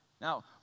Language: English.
Now